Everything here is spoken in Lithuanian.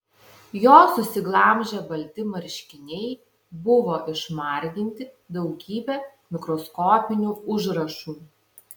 jo susiglamžę balti marškiniai buvo išmarginti daugybe mikroskopinių užrašų